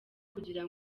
kugira